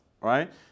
Right